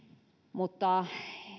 mutta